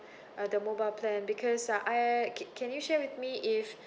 uh the mobile plan because uh I can can you share with me if